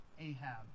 Ahab